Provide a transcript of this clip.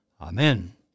Amen